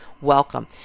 welcome